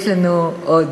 יש לנו עוד.